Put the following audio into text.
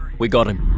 we got him.